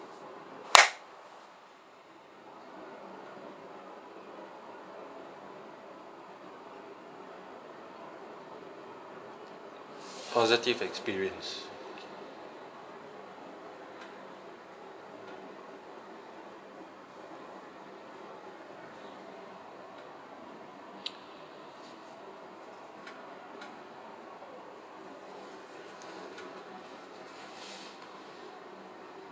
positive experience